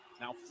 now